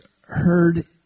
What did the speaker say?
heard